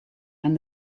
and